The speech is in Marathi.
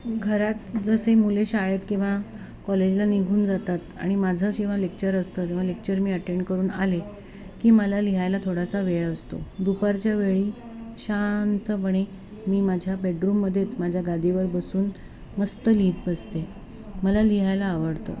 घरात जसे मुले शाळेत किंवा कॉलेजला निघून जातात आणि माझंच जेव्हा लेक्चर असतं किंवा लेक्चर मी अटेंड करून आले की मला लिहायला थोडासा वेळ असतो दुपारच्या वेळी शांतपणे मी माझ्या बेडरूममध्येच माझ्या गादीवर बसून मस्त लिहीत बसते मला लिहायला आवडतं